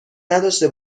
نداشته